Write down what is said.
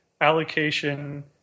allocation